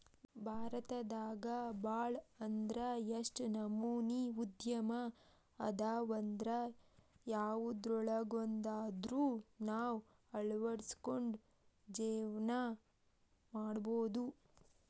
ಭಾರತದಾಗ ಭಾಳ್ ಅಂದ್ರ ಯೆಷ್ಟ್ ನಮನಿ ಉದ್ಯಮ ಅದಾವಂದ್ರ ಯವ್ದ್ರೊಳಗ್ವಂದಾದ್ರು ನಾವ್ ಅಳ್ವಡ್ಸ್ಕೊಂಡು ಜೇವ್ನಾ ಮಾಡ್ಬೊದು